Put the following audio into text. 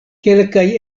kelkaj